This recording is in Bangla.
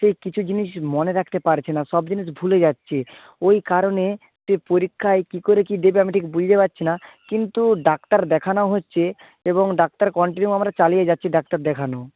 সে কিছু জিনিস মনে রাখতে পারছে না সব জিনিস ভুলে যাচ্ছে ওই কারণে সে পরীক্ষায় কী করে কী দেবে আমি ঠিক বুঝতে পারছি না কিন্তু ডাক্তার দেখানো হচ্ছে এবং ডাক্তার কন্টিনিউ আমরা চালিয়ে যাচ্ছি ডাক্তার দেখানো